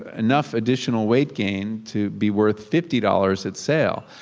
enough additional weight gain to be worth fifty dollars at sale.